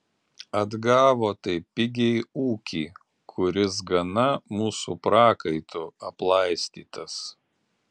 atgavo taip pigiai ūkį kuris gana mūsų prakaitu aplaistytas